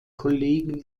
kollegen